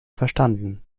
verstanden